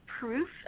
proof